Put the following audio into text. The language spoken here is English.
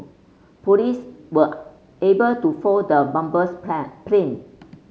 police were able to foil the bomber's plan plain